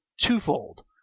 twofold